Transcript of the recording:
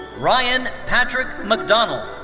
ryan patrick mcdonnell.